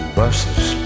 buses